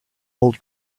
old